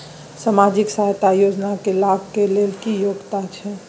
सामाजिक सहायता योजना के लाभ के लेल की योग्यता छै?